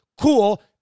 Cool